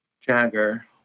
Jagger